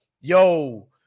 yo